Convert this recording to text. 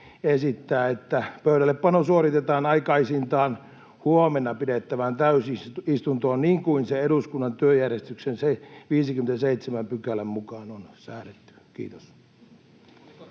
että pöydällepano suoritetaan aikaisintaan huomenna pidettävään täysistuntoon, niin kuin se eduskunnan työjärjestyksen 57 §:ssä on säädetty. — Kiitos.